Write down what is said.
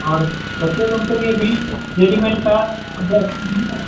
और बच्चे लोग के लिए भी रेडीमेड का कपड़ा सब है